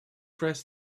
press